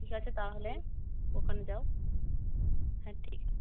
ঠিক আছে তাহলে ওখানে যাও হ্যাঁ ঠিক আছে